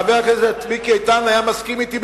חבר הכנסת מיקי איתן היה מסכים אתי,